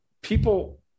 people